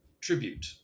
tribute